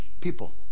people